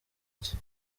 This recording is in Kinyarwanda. cye